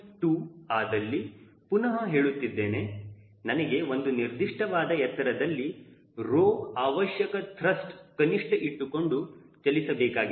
2 ಆದಲ್ಲಿ ಪುನಹ ಹೇಳುತ್ತಿದ್ದೇನೆ ನನಗೆ ಒಂದು ನಿರ್ದಿಷ್ಟವಾದ ಎತ್ತರದಲ್ಲಿ Rho ಅವಶ್ಯಕ ತ್ರಸ್ಟ್ ಕನಿಷ್ಠ ಇಟ್ಟುಕೊಂಡು ಚಲಿಸಬೇಕಾಗಿದೆ